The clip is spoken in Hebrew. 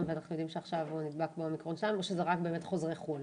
ואנחנו יודעים שעכשיו הוא נדבק באומיקרון או שזה רק באמת חוזרי חו"ל?